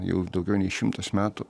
jau daugiau nei šimtas metų